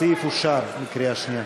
הסעיף אושר בקריאה שנייה.